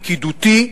פקידותי,